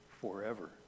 forever